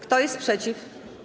Kto jest przeciw?